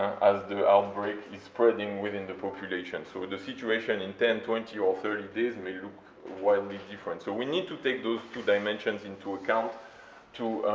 as the outbreak is spreading within the population. so the situation in ten, twenty, or thirty days may look wildly different. so we need to take those two dimensions into account to